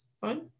Fine